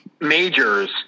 majors